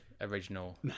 original